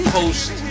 post